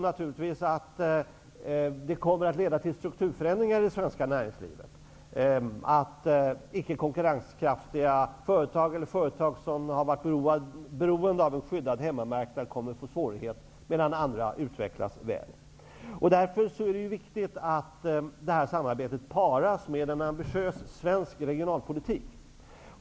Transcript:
Naturligtvis kommer det att leda till strukturförändringar i det svenska näringslivet så att icke-konkurrenskraftiga företag eller företag som har varit beroende av en skyddad hemmamarknad kommer att få svårigheter, medan andra utvecklas väl. Därför är det viktigt att samarbetet paras med en ambitiös svensk regionalpolitik.